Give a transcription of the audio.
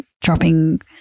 dropping